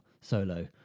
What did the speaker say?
solo